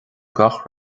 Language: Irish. gach